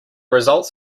results